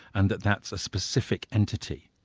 and that that's a specific entity.